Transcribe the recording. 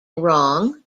wrong